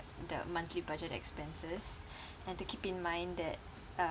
the monthly budget expenses and to keep in mind that uh